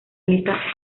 lista